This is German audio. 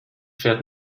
fährt